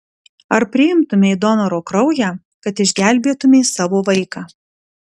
ar priimtumei donoro kraują kad išgelbėtumei savo vaiką